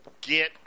get